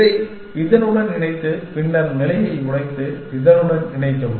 இதை இதனுடன் இணைத்து பின்னர் நிலையை உடைத்து இதனுடன் இணைக்கவும்